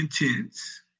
intense